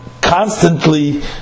constantly